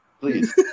please